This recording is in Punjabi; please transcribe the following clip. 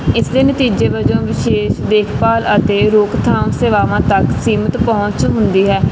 ਇਸ ਦੇ ਨਤੀਜੇ ਵਜੋਂ ਵਿਸ਼ੇਸ਼ ਦੇਖਭਾਲ ਅਤੇ ਰੋਕਥਾਮ ਸੇਵਾਵਾਂ ਤੱਕ ਸੀਮਤ ਪਹੁੰਚ ਹੁੰਦੀ ਹੈ